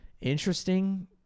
interesting